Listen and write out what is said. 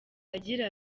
agira